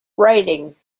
writing